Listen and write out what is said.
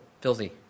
filthy